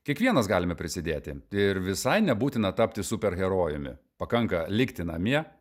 kiekvienas galime prisidėti ir visai nebūtina tapti superherojumi pakanka likti namie